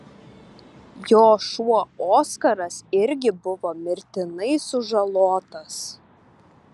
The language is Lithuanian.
jo šuo oskaras irgi buvo mirtinai sužalotas